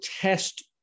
test